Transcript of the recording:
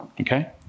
okay